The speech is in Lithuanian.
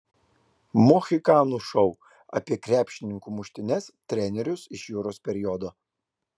mohikanų šou apie krepšininkų muštynes trenerius iš juros periodo